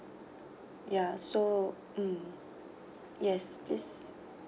ya so mm yes please